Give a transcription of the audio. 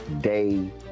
day